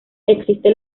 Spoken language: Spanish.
existe